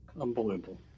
unbelievable